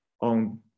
on